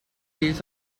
days